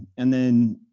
and then